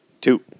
Two